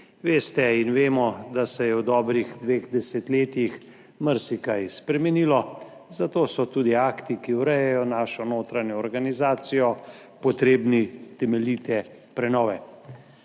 Veste in vemo, da se je v dobrih dveh desetletjih marsikaj spremenilo, zato so tudi akti, ki urejajo našo notranjo organizacijo, potrebni temeljite prenove.